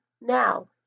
now